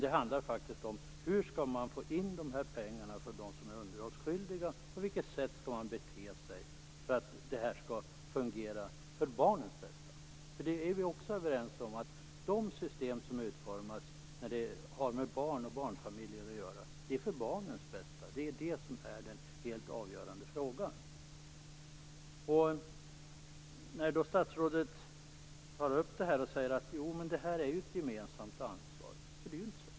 Det handlar faktiskt om hur man skall få in dessa pengar från dem som är underhållsskyldiga och på vilket sätt man skall bete sig för att det här skall fungera för barnens bästa. Det är vi ju också överens om: De system som utformas som har med barn och barnfamiljer att göra är ju till för barnens bästa. Det är det som är den helt avgörande frågan. Statsrådet tar upp detta och säger att detta är ett gemensamt ansvar, men det är ju inte så.